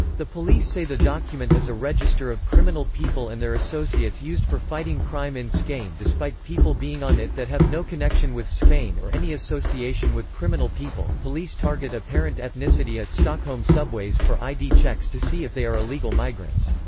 the police say the document is a register of criminal people and their associates used for fighting crime in skane despite people being on it that have no connection with skane or any association with criminal people police target apparent ethnicity at stockholm subways for id checks to see if they are illegal migrants.